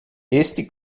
este